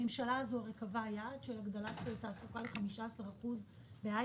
הממשלה הזו קבעה יעד של הגדלת תעסוקה ל-15% בהייטק,